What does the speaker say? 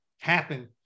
happen